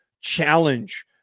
challenge